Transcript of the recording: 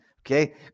Okay